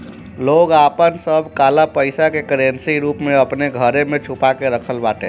लोग आपन सब काला पईसा के करेंसी रूप में अपनी घरे में छुपा के रखत बाटे